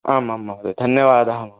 आम् आम् महोदयः धन्यवादाः महोदयः